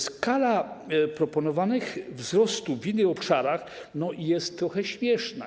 Skala proponowanych wzrostów w innych obszarach jest trochę śmieszna.